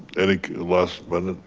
any last one.